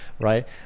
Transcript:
right